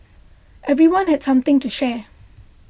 everyone had something to share